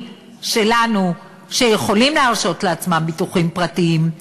שלנו יכולים להרשות לעצמם ביטוחים פרטיים,